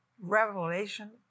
revelation